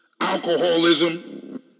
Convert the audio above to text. alcoholism